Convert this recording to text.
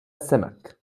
السمك